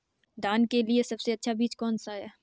धान के लिए सबसे अच्छा बीज कौन सा है?